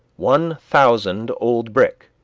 one thousand old brick.